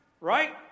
Right